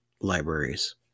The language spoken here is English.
libraries